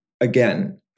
again